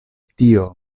tio